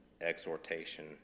exhortation